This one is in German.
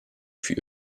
für